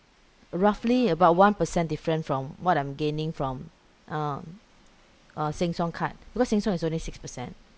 roughly about one percent different from what I'm gaining from um uh sheng siong card because sheng siong is only six percent